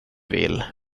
vill